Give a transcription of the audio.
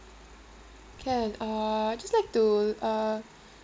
can uh I'd just like to uh